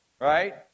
right